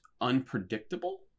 unpredictable